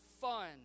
fun